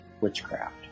witchcraft